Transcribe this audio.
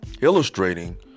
illustrating